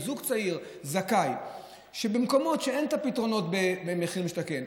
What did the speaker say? אם זוג צעיר זכאי במקומות שאין את הפתרונות במחיר למשתכן,